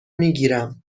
میگیرم